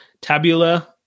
tabula